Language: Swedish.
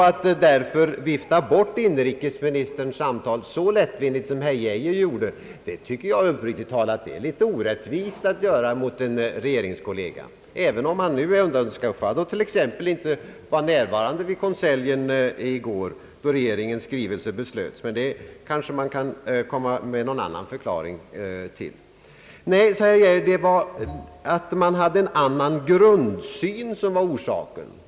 Att därför vifta bort inrikesministerns samtal så lättvindigt som herr Geijer gjorde tycker jag uppriktigt sagt är litet orättvist mot en regeringskollega, även om han nu är undanskuffad och t.ex. inte var närvarande vid konseljen i går, då regeringens skrivelse beslöts. Det kanske man kan komma med någon annan förklaring till. grundsyn var orsaken.